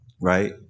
right